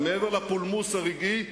מעבר לפולמוס הרגעי,